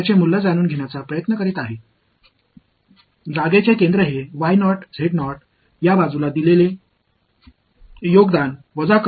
இந்த பக்கத்திலிருந்து நீடித்து இருக்கும் x இன் கூறுகள் மீண்டும் பங்களிக்கின்றன